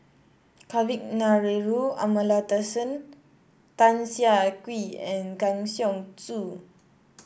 Kavignareru Amallathasan Tan Siah Kwee and Kang Siong Joo